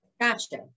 Gotcha